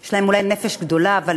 יש להם אולי נפש גדולה, אבל